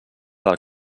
del